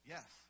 Yes